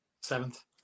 Seventh